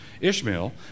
Ishmael